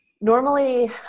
Normally